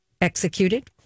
executed